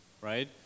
right